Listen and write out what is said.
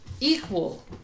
equal